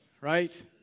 right